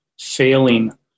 failing